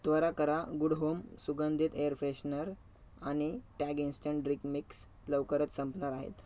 त्वरा करा good home सुगंधित एअर फ्रेशनर आणि टॅग इन्स्टंट ड्रिक मिक्स लवकरच संपणार आहेत